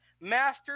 Master